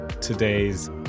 today's